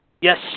Yes